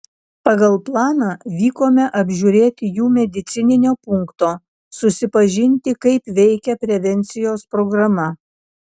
pagal planą vykome apžiūrėti jų medicininio punkto susipažinti kaip veikia prevencijos programa